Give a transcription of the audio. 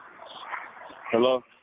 Hello